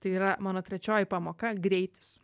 tai yra mano trečioji pamoka greitis